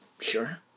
Sure